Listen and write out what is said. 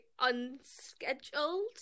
unscheduled